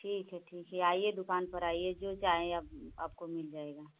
ठीक है ठीक है आइए दुकान पर आइए जो चाहें आप आपको मिल जाएगा